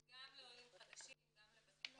גם לעולים חדשים, גם ותיקים.